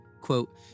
Quote